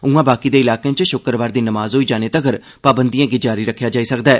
उआं बाकी दे इलाकें च शुक्रवार दी नमाज़ होई जाने तक्कर पाबंदियें गी जारी रक्खेआ जाई सकदा ऐ